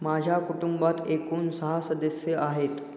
माझ्या कुटुंबात एकूण सहा सदस्य आहेत